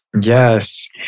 Yes